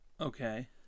Okay